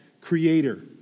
creator